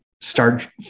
start